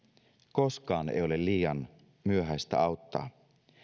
koskaan ei ole liian myöhäistä auttaa